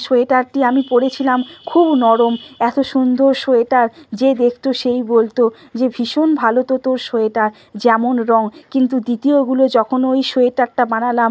সোয়েটারটি আমি পরেছিলাম খুব নরম এতো সুন্দর সোয়েটার যে দেখতো সেই বলতো যে ভীষণ ভালো তো তোর সোয়েটার যেমন রঙ কিন্তু দ্বিতীয়গুলো যখন ওই সোয়েটারটা বানালাম